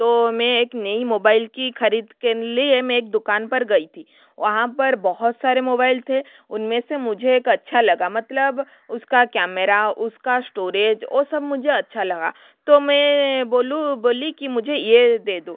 तो मैं एक नई मोबाइल की खरीद के लिए मैं एक दुकान पर गई थी वहाँ पर बहुत सारे मोबाइल थे उनमें से मुझे एक अच्छा लगा मतलब उसका कैमरा उसका स्टोरेज वो सब मुझे अच्छा लगा तो मैं बोलूं बोली कि मुझे ये दे दो